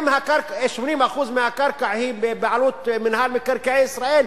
אם 80% מהקרקע הם בבעלות מינהל מקרקעי ישראל,